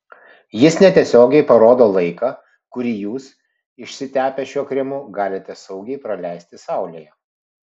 jis netiesiogiai parodo laiką kurį jūs išsitepę šiuo kremu galite saugiai praleisti saulėje